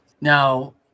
Now